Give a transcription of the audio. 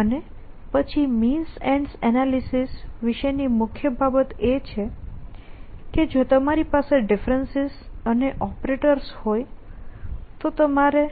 અને પછી means ends analysis વિશેની મુખ્ય બાબત એ છે કે જો તમારી પાસે ડિફરેન્સિસ અને ઓપરેટર્સ હોય તો તમારે